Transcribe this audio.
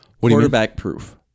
quarterback-proof